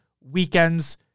weekends